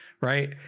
right